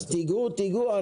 אז תגעו, תגעו.